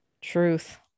Truth